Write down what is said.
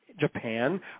Japan